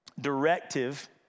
directive